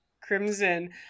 Crimson